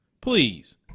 Please